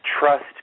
trust